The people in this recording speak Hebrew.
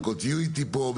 תהיו איתי פה,